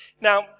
Now